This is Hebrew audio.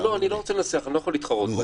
לא, אני לא רוצה לנסח, אני לא יכול להתחרות בהם.